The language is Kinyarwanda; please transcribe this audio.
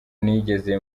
nigeze